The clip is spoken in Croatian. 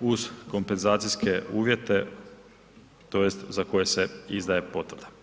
uz kompenzacijske uvjete tj. za koje se izdaje potreba.